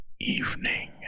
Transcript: evening